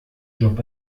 job